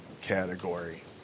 category